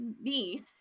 niece